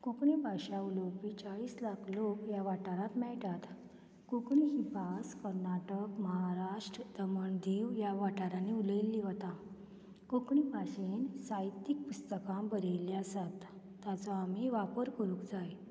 कोंकणी भाशा उलोवपी चाळीस लाख लोक ह्या वाठारांत मेळटात कोंकणी ही भास कर्नाटक महाराष्ट्र दमण दिंव ह्या वाठारांनी उलयल्ली वता कोंकणी भाशेंत साहित्यीक पुस्तकां बरयल्ली आसात ताचो आमी वापर करूंक जाय